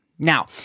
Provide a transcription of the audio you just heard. Now